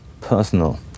personal